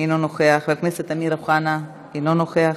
אינו נוכח, חבר הכנסת אמיר אוחנה, אינו נוכח,